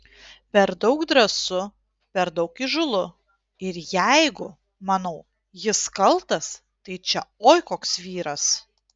per daug drąsu per daug įžūlu ir jeigu manau jis kaltas tai čia oi koks vyras